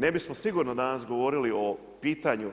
Ne bismo sigurno danas govorili o pitanju